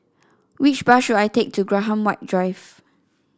which bus should I take to Graham White Drive